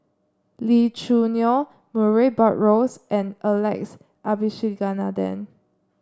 Lee Choo Neo Murray Buttrose and Alex Abisheganaden